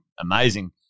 amazing